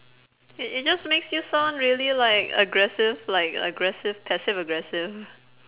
i~ it's just make you sound really like aggressive like aggressive passive aggressive